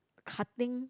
cutting